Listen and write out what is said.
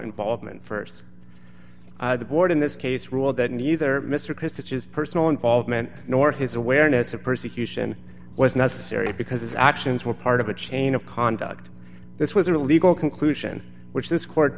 involvement st the board in this case ruled that neither mr christian's personal involvement nor his awareness of persecution was necessary because his actions were part of a chain of conduct this was a legal conclusion which this court